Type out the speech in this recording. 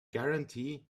guarantee